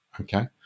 okay